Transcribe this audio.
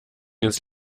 ins